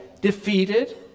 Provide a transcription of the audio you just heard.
defeated